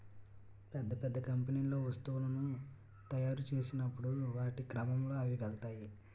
పెద్ద పెద్ద కంపెనీల్లో వస్తువులను తాయురు చేసినప్పుడు వాటి క్రమంలో అవి వెళ్తాయి